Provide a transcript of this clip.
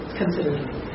considering